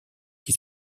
qui